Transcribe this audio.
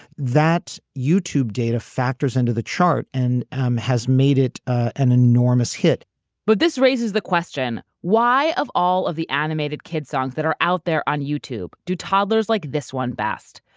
that youtube data factors into the chart and has made it an enormous hit but this raises the question, why have all of the animated kids songs that are out there on youtube do toddlers like this one best?